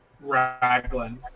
Raglan